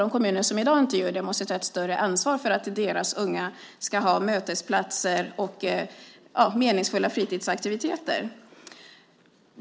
De kommuner som i dag inte gör det måste ta ett större ansvar för att deras unga ska ha mötesplatser och meningsfulla fritidsaktiviteter.